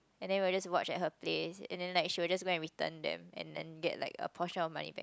and then we were just watched at her place and then like she will just go and return them and then get like a portion of money back